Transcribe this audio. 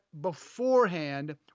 beforehand